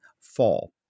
fall